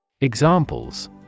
Examples